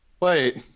Wait